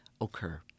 occur